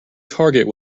target